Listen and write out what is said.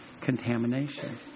contamination